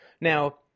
Now